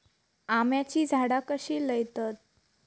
आम्याची झाडा कशी लयतत?